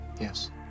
Yes